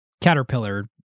caterpillar